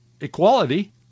equality